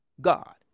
God